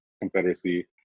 Confederacy